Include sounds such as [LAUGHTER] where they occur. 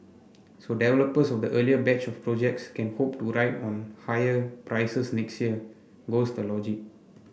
so developers of the earlier batch of projects can hope to [UNINTELLIGIBLE] on higher prices next year goes the logic